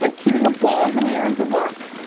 like keeping the balls in the air is the work.